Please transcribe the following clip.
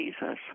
Jesus